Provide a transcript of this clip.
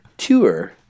Tour